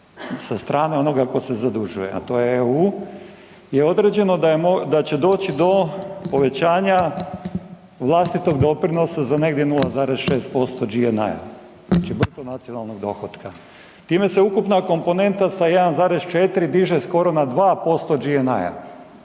sa strane onoga tko se zadužuje, a to je EU je određeno da će doći do povećanja vlastitog doprinosa za negdje 0,6% GNI. Znači bruto nacionalnog dohotka. Time se ukupna komponenta sa 1,4 diže skoro na 2% GNI-a.